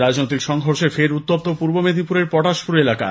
এদিকে রাজনৈতিক সংঘর্ষে ফের উত্তপ্ত পূর্ব মেদিনীপুরের পটাশপুর এলাকা